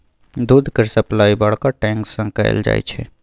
दूध केर सप्लाई बड़का टैंक सँ कएल जाई छै